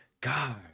god